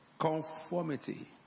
Conformity